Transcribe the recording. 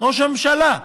ראש הממשלה,